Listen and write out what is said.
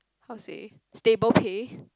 how to say stable pay